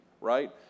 right